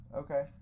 okay